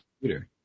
computer